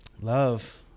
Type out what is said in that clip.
Love